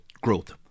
growth